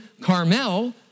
Carmel